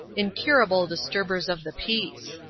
incurable disturbers of the peace.